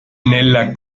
nella